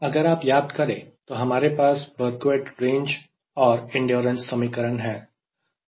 अगर आप याद करें तो हमारे पास Breguet रेंज और एंड्योरेंस समीकरण है